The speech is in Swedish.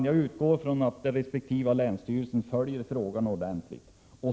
Jag utgår från att resp. länsstyrelse följer frågan ordentligt.